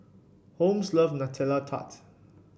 Holmes loves Nutella Tart